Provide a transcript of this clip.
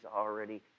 already